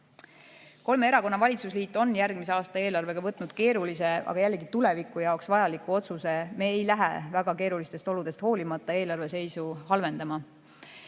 Kolme erakonna valitsusliit on järgmise aasta eelarvega võtnud keerulise, aga tuleviku jaoks vajaliku otsuse. Me ei lähe väga keerulistest oludest hoolimata eelarve seisu halvendama.